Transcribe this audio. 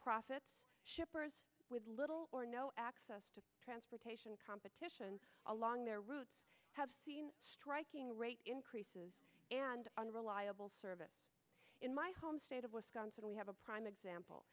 profits shippers with little or no access to transportation competition along their routes have seen striking rate increases and unreliable service in my home state of wisconsin we have a prime example